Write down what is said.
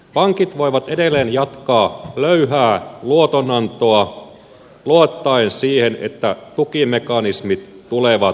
pankit voivat edelleen jatkaa löyhää luotonantoa luottaen siihen että tukimekanismit tulevat ja pelastavat